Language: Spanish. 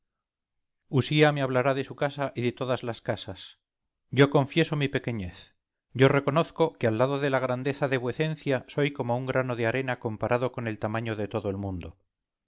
usía me hablará de su casa y de todas las casas yoconfieso mi pequeñez yo reconozco que al lado de la grandeza de vuecencia soy como un grano de arena comparado con el tamaño de todo el mundo